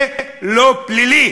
זה לא פלילי.